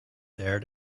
there